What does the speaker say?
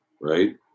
right